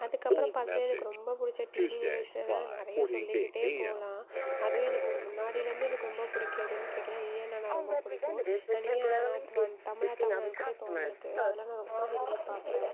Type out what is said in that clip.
அதுக்கப்புறம் பார்த்தினா எனக்கு ரொம்ப பிடிச்ச டிவி நிகழ்ச்சி என்னென்னால் நிறையா சொல்லிக்கிட்டே போகலாம் அதுவும் எனக்கு முன்னாடிலேருந்து எனக்கு ரொம்ப பிடிக்கிறதுதுன் கேட்டிங்கன்னால் நீயா நானா ரொம்ப பிடிக்கும் ஏன்னா நீயா நானா தமிழா தமிழான்னு கூட இப்போ வந்துருக்குது அதலாம் நான் ரொம்ப விரும்பி பார்ப்பேன்